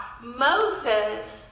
Moses